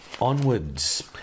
onwards